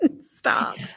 Stop